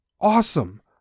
awesome